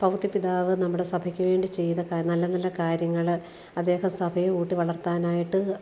പൗത്യ പിതാവ് നമ്മുടെ സഭയ്ക്ക് വേണ്ടി ചെയ്ത കാ നല്ല നല്ല കാര്യങ്ങൾ അദ്ദേഹം സഭയെ ഊട്ടി വളർത്താനായിട്ട്